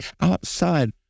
outside